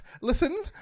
Listen